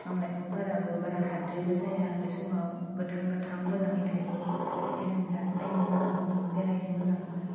बिफां लाइफांफोराबो बारा हाद्रिबो जाया बे समाव गोथां गोथां मोजाङै थायो बेखायनो आं बेराथ नायनो मोजां मोनो बेरायनो मोजां मोनो